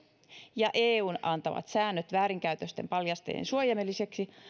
ja eun antamat säännöt väärinkäytösten paljastajien suojelemiseksi